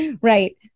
right